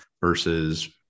versus